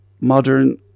modern